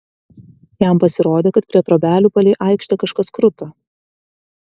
jam pasirodė kad prie trobelių palei aikštę kažkas kruta